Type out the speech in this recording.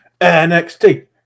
NXT